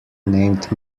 named